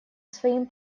своим